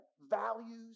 values